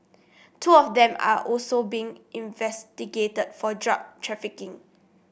two of them are also being investigated for drug trafficking